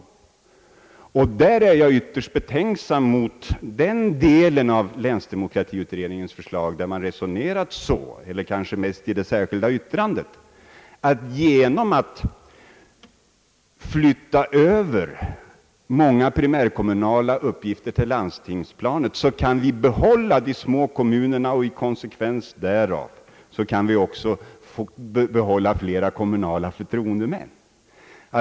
Jag är ytterst betänksam mot det särskilda yttrande i länsdemokratiutredningens förslag, där man resonerat så, att man genom att flytta över många primärkommunala uppgifter till landstingsplanet kunde behålla de små kommunerna och i konsekvens därmed också behålla fler kommunala förtroendemän.